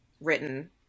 written